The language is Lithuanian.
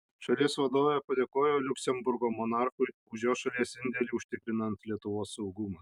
šalies vadovė padėkojo liuksemburgo monarchui už jo šalies indėlį užtikrinant lietuvos saugumą